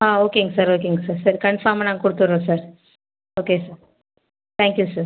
ஆ ஓகேங்க சார் ஓகேங்க சார் சரி கன்ஃபார்மாக நாங்கள் கொடுத்துறோம் சார் ஓகே தேங்க்யூ சார்